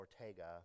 Ortega